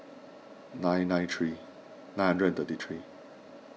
nine nine three nine hundred and thirty three